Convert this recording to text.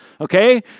Okay